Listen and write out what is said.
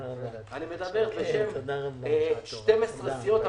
אני מדבר בשם 12 סיעות,